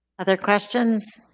other questions?